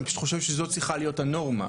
אני פשוט חושב שזאת צריכה להיות הנורמה.